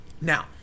now